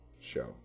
show